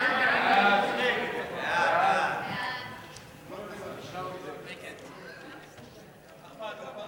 הממשלה להאריך בצו את תוקפו של חוק האזרחות והכניסה לישראל (הוראת שעה),